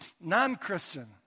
non-Christian